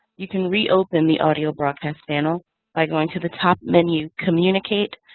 you can reopen the audio broadcast panel by going to the top menu, communicate,